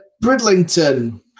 Bridlington